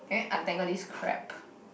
can you untangle this crap